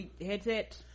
headset